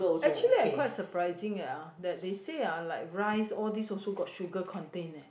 actually I quite surprising eh that they said ah like rice all these also got sugar content leh